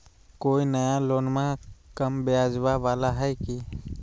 कोइ नया लोनमा कम ब्याजवा वाला हय की?